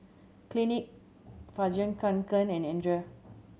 Clinique Fjallraven Kanken and Andre